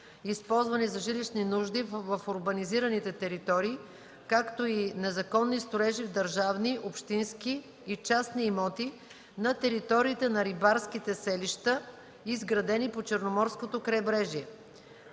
използвани за жилищни нужди в урбанизираните територии, както и незаконни строежи в държавни, общински и частни имоти на териториите на рибарските селища, изградени по Черноморското крайбрежие,